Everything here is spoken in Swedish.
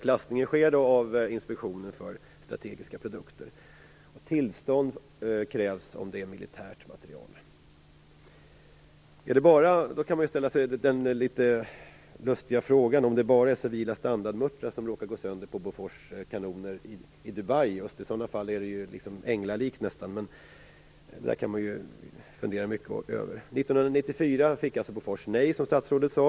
Klassningen utförs av Inspektionen för strategiska produkter, och tillstånd krävs om det är militär materiel. Då kan man ställa sig den litet lustiga frågan om det bara är civila standardmuttrar som råkar gå sönder på Bofors kanoner i Dubai. I så fall skulle det vara nästan änglalikt. Det där kan man fundera mycket över. År 1994 fick alltså Bofors nej, som statsrådet sade.